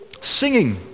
Singing